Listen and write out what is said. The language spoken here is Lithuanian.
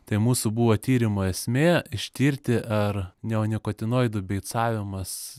tai mūsų buvo tyrimo esmė ištirti ar neonikotinoidų beicavimas